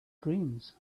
dreams